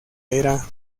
era